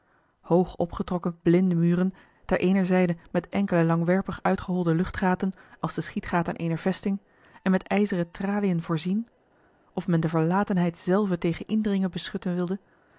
hoog opgetrokken blinde muren ter eener zijde met enkele langwerpig uitgeholde luchtgaten als de schietgaten eener vesting en met ijzeren traliën voorzien of men de verlatenheid zelve tegen indringen beschutten wilde